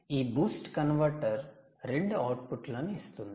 ఈ 'boost converter' రెండు అవుట్పుట్లను ఇస్తుంది